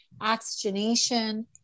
oxygenation